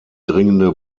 dringende